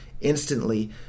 instantly